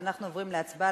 אנחנו עוברים להצבעה